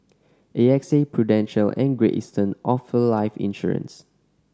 A X A Prudential and Great Eastern offer life insurance